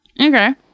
Okay